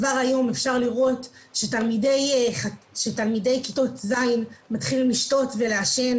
כבר היום אפשר לראות שתלמידי כיתות ז' מתחילים לשתות ולעשן